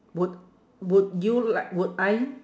would would you like would I